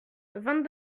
vingt